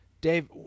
Dave